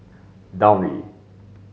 Downy